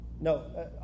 no